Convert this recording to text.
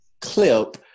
clip